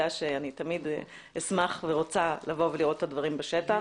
שאני תמיד אשמח ורוצה לראות את הדברים בשטח.